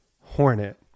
hornet